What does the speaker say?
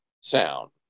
sound